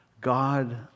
God